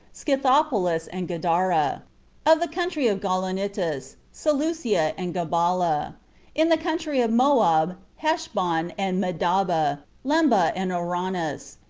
scythopolis, and gadara of the country of gaulonitis, seleucia and gabala in the country of moab, heshbon, and medaba, lemba, and oronas,